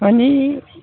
माने